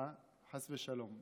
חס ושלום.